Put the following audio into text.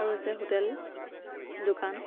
আৰু হৈছে হোটেল দোকান